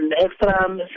extra